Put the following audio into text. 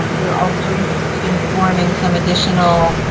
um we're also interested in forming some additional